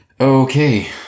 Okay